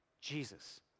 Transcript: Jesus